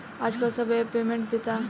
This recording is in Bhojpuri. आजकल सब ऐप पेमेन्ट देता